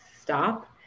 stop